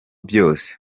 vyose